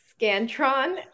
Scantron